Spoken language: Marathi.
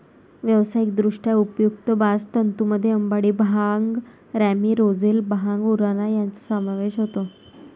व्यावसायिकदृष्ट्या उपयुक्त बास्ट तंतूंमध्ये अंबाडी, भांग, रॅमी, रोझेल, भांग, उराणा यांचा समावेश होतो